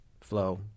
flow